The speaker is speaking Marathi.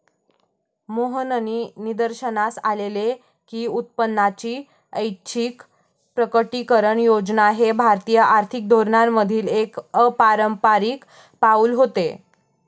मोहननी निदर्शनास आणले की उत्पन्नाची ऐच्छिक प्रकटीकरण योजना हे भारतीय आर्थिक धोरणांमधील एक अपारंपारिक पाऊल होते